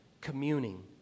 communing